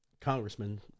congressman